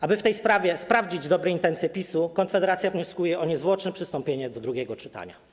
Aby w tej sprawie sprawdzić dobre intencje PiS-u, Konfederacja wnioskuje o niezwłoczne przystąpienie do drugiego czytania.